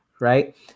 right